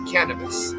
Cannabis